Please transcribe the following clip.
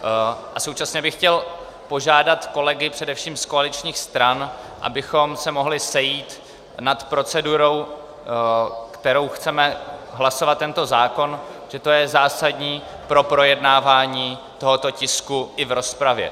A současně bych chtěl požádat kolegy především z koaličních stran, abychom se mohli sejít nad procedurou, kterou chceme hlasovat tento zákon, protože to je zásadní pro projednávání tohoto tisku i v rozpravě.